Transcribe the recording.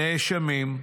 נאשמים,